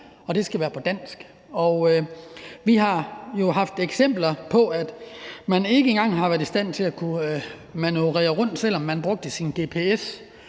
og det skal være på dansk. Vi har også set eksempler på, at man ikke engang har været i stand til at kunne manøvrere rundt, selv om man brugte sin gps.